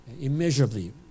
immeasurably